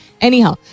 anyhow